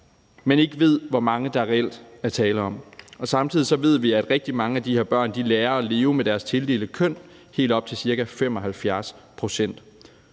ved ikke, hvor mange der reelt er tale om. Samtidig ved vi, at rigtig mange af de her børn lærer at leve med deres tildelte køn – helt op til ca. 75 pct.